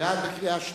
בקריאה שנייה.